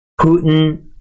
Putin